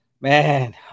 man